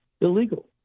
illegal